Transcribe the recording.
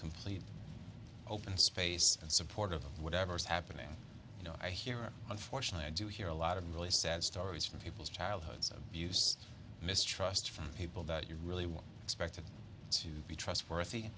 completely open space and supporter of whatever is happening you know i hear unfortunately i do hear a lot of really sad stories from people's childhoods of abuse mistrust from people that you really want expected to be trustworthy